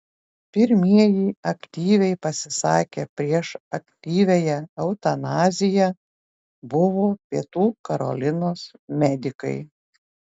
pirmieji aktyviai pasisakę prieš aktyviąją eutanaziją buvo pietų karolinos medikai